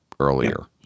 earlier